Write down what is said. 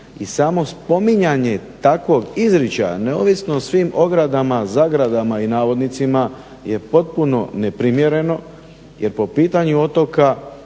i samo spominjanje takvog izričaja neovisno o svim ogradama, zagradama i navodnicima je potpuno neprimjereno. Jer po pitanju otoka